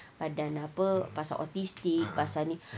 badan apa pasal autistic pasal ni